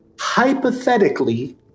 hypothetically